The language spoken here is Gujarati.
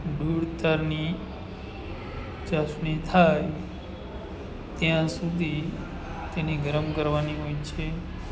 ડૂળતરની ચાસણી થાય ત્યાં સુધી તેને ગરમ કરવાની હોય છે